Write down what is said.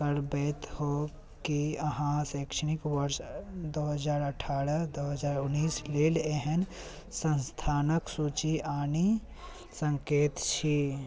करबैत हो कि अहाँ शैक्षणिक वर्ष दुइ हजार अठारह दुइ हजार उनैसके लेल एहन सँस्थानके सूची आनि सकै छी